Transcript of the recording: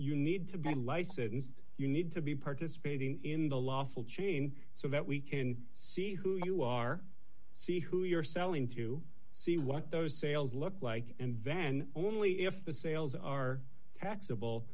you need to be licensed you need to be participating in the lawful chain so that we can see who you are see who you're selling to see what those sales look like and then only if the sales are taxable